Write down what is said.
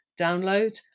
download